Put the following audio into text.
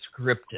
scripted